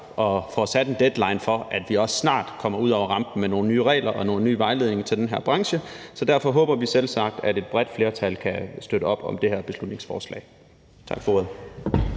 og får sat en deadline, så vi snart kommer ud over rampen med nogle nye regler og vejledninger til den her branche. Derfor håber vi selvsagt, at et bredt flertal kan støtte op om det her beslutningsforslag. Tak for ordet.